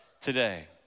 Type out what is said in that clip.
today